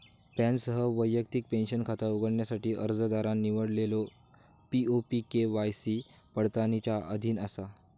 पॅनसह वैयक्तिक पेंशन खाता उघडण्यासाठी अर्जदारान निवडलेलो पी.ओ.पी के.वाय.सी पडताळणीच्या अधीन असा